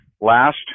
last